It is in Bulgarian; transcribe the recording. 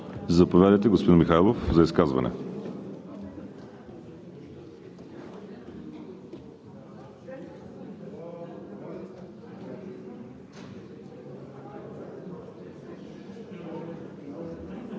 Заповядайте, господин Михайлов, за изказване.